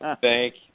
Thank